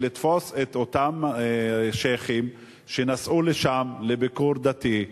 לתפוס את אותם שיח'ים שנסעו לשם לביקור דתי,